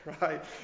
right